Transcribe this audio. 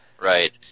Right